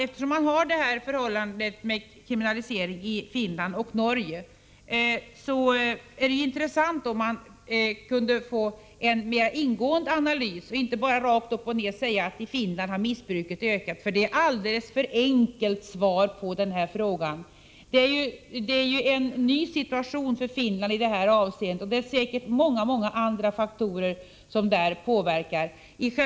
Eftersom man i Finland och Norge har denna kriminalisering, vore det intressant om vi kunde få en mer ingående analys och att det inte bara rakt upp och ned sägs att missbruket i Finland har ökat. Det är ett alldeles för enkelt svar på denna fråga. I Finland har man i detta avseende en helt ny situation, och det är säkerligen många andra faktorer som här spelar in.